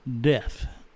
death